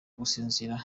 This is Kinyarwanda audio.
gusinzira